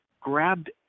grabbed